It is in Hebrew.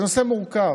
זה נושא מורכב.